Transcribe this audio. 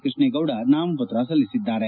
ಕೃಷ್ಣೇಗೌಡ ನಾಮಪತ್ರ ಸಲ್ಲಿಸಿದ್ದಾರೆ